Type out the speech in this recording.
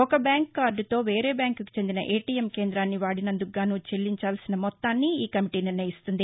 ఒక బ్యాంకు కార్దుతో వేరే బ్యాంకుకు చెందిన ఏటీఎం కేంద్రాన్ని వాడిసందుకు గానూ చెల్లించాల్సిన మొత్తాన్ని ఈ కమిటీ నిర్ణయిస్తుంది